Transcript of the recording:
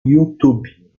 youtube